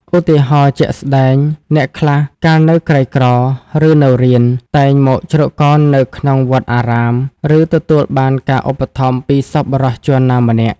ឧទាហរណ៍ជាក់ស្ដែង អ្នកខ្លះកាលនៅក្រីក្រ ឬនៅរៀន តែងមកជ្រកកោននៅក្នុងវត្តអារាម ឬទទួលបានការឧបត្ថម្ភពីសប្បុរសជនណាម្នាក់។